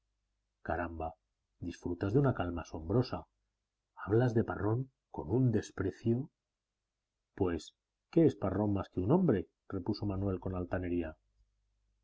caramba disfrutas de una calma asombrosa hablas de parrón con un desprecio pues qué es parrón más que un hombre repuso manuel con altanería